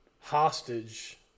hostage